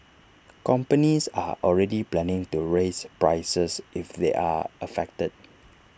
companies are already planning to raise prices if they are affected